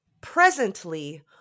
Presently